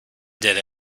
did